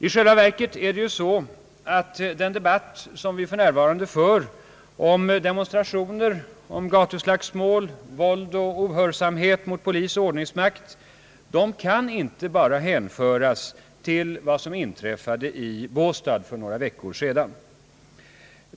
I själva verket är det ju så, att den debatt som vi för närvarande för om demonstrationer, om gatuslagsmål, om våld och ohörsamhet mot polis och ordningsmakt inte bara kan hänföras till vad som inträffade i Båstad för några veckor sedan.